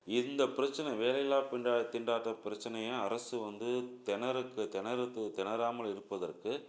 இந்த பிரச்சனை வேலை இல்லா பிண்டா திண்டாட்டப் பிரச்சனையை அரசு வந்து தெணறுது தெணறுது திணறாமல் இருப்பதற்கு